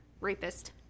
rapist